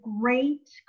great